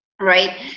right